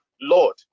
Lord